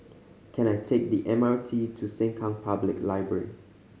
can I take the M R T to Sengkang Public Library